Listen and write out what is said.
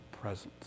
presence